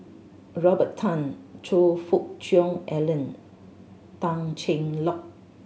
Robert Tan Choe Fook Cheong Alan Tan Cheng Lock